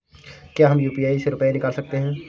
क्या हम यू.पी.आई से रुपये निकाल सकते हैं?